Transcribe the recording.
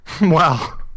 Wow